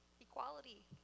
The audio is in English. equality